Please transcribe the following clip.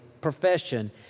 profession